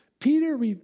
Peter